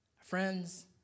friends